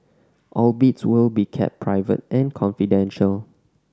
all bids will be kept private and confidential